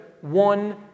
one